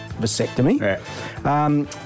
vasectomy